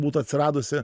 būtų atsiradusi